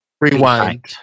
Rewind